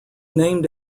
named